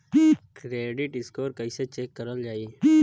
Credit score कइसे check करल जायी?